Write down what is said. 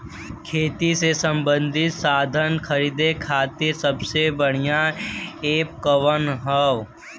खेती से सबंधित साधन खरीदे खाती सबसे बढ़ियां एप कवन ह?